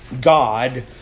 God